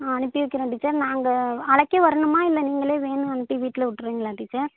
ஆ அனுப்பி வைக்கிறேன் டீச்சர் நாங்கள் அழைக்க வரணுமா இல்லை நீங்களே வேனு வந்துட்டு வீட்டில் விட்ருவீங்களா டீச்சர்